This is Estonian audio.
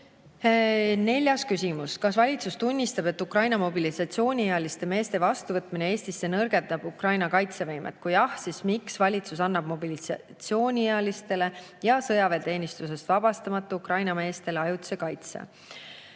Neljas küsimus: "Kas valitsus tunnistab, et Ukraina mobilisatsiooniealiste meeste vastuvõtmine Eestisse nõrgendab Ukraina kaitsevõimet? Kui jah, siis miks valitsus annab mobilisatsiooniealistele ja sõjaväeteenistusest vabastamata Ukraina meestele ajutise kaitse?"